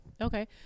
Okay